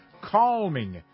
Calming